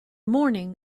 morning